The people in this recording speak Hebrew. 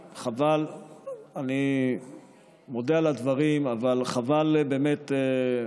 אני מודה על הדברים אבל חבל באמת